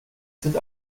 sind